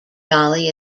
dolly